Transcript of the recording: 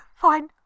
Fine